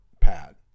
pad